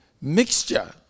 mixture